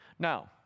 Now